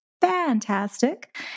fantastic